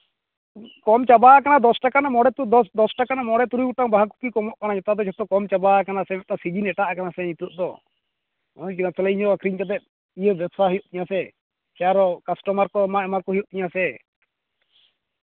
ᱠᱚᱢ ᱪᱟᱵᱟᱣ ᱠᱟᱱᱟ ᱫᱚᱥ ᱴᱟᱠᱟ ᱨᱮᱱᱟᱜ ᱵᱟᱨᱚᱴᱤ ᱫᱚᱥ ᱫᱚᱥ ᱴᱟᱠᱟ ᱨᱮᱭᱟᱜ ᱢᱚᱬᱮ ᱛᱩᱨᱩᱭ ᱜᱚᱴᱟᱝ ᱵᱟᱦᱟ ᱠᱚᱯᱤ ᱠᱚ ᱮᱢᱚᱜ ᱠᱟᱱᱟ ᱱᱮᱛᱟᱨ ᱫᱚ ᱡᱚᱛᱚ ᱠᱚᱢ ᱪᱟᱵᱟᱣ ᱠᱟᱱᱟ ᱥᱮ ᱢᱤᱫᱴᱟᱱ ᱥᱤᱵᱤᱞ ᱮᱴᱟᱜ ᱠᱟᱱᱟ ᱥᱮ ᱱᱤᱛᱚᱜ ᱫᱚ ᱵᱩᱡᱽ ᱫᱟᱲᱮᱭᱟᱜ ᱠᱟᱱᱟᱢ ᱛᱟᱦᱞᱮ ᱤᱧᱦᱚᱸ ᱟ ᱠᱷᱨᱤᱧ ᱠᱟᱛᱮᱫ ᱤᱧ ᱦᱚᱸ ᱵᱮᱵᱽᱥᱟ ᱦᱩᱭᱩᱜ ᱛᱤᱧᱟᱹ ᱥᱮ ᱥᱮ ᱟᱨᱚ ᱠᱟᱥᱴᱚᱢᱟᱨ ᱠᱚ ᱮᱢᱟ ᱠᱚ ᱦᱩᱭᱩᱜ ᱛᱤᱧᱟᱹ ᱥᱮ